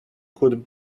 could